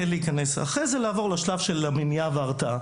אחרי זה לעבור לשלב של מניעה והרתעה